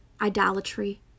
idolatry